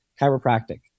Chiropractic